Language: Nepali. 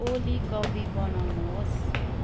ओली कफी बनाउनुहोस्